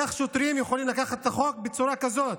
איך שוטרים יכולים לקחת את החוק בצורה כזאת?